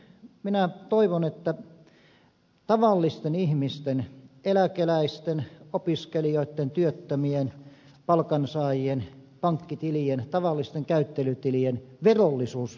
minä toivon että tavallisten ihmisten eläkeläisten opiskelijoitten työttömien palkansaajien pankkitilien tavallisten käyttelytilien verollisuus poistettaisiin